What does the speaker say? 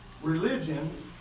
Religion